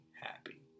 happy